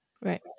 Right